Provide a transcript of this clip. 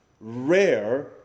rare